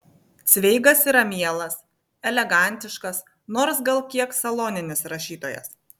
cveigas yra mielas elegantiškas nors gal kiek saloninis rašytojas